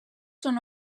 són